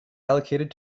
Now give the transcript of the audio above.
allocated